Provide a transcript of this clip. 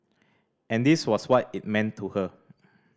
and this was what it meant to her